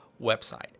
website